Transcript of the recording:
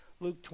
Luke